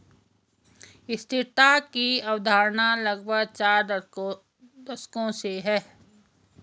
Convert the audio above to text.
स्थिरता की अवधारणा लगभग चार दशकों से है